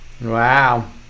wow